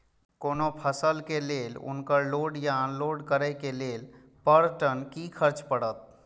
कोनो फसल के लेल उनकर लोड या अनलोड करे के लेल पर टन कि खर्च परत?